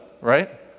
right